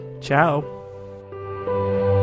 Ciao